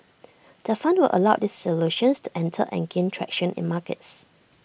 the fund will allow these solutions to enter and gain traction in markets